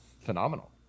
Phenomenal